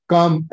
Come